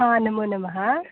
आम् नमो नमः